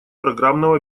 программного